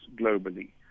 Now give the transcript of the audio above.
globally